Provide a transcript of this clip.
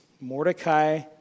Mordecai